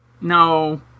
No